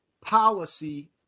policy